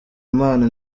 impano